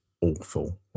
awful